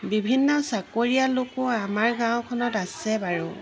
বিভিন্ন চাকৰিয়াল লোকো আমাৰ গাঁওখনত আছে বাৰু